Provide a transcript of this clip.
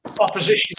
opposition